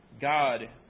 God